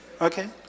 Okay